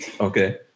Okay